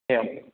एवं